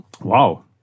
Wow